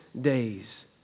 days